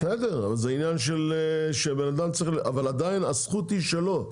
בסדר, אבל עדיין הזכות היא שלו.